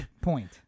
point